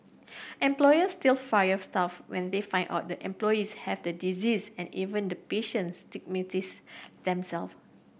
employers still fire staff when they find out the employees have the disease and even the patients stigmatise themselves